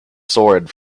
sword